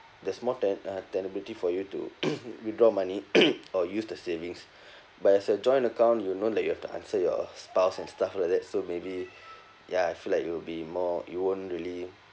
there's more ten~ uh tenability for you to withdraw money or use the savings but as a joint account you know like you have to answer your spouse and stuff like that so maybe ya I feel like you will be more you won't really